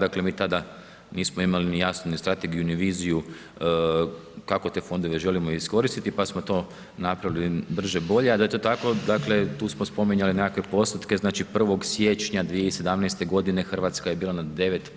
Dakle mi tada nismo imali ni jasnu ni strategiju ni viziju kako te fondove želimo iskoristiti pa smo to napravili brže-bolje a da je to tako dakle, tu smo spominjali nekakve postotke, znači 1. siječnja 2017. g. Hrvatska je bila na